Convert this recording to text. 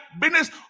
business